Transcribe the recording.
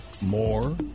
more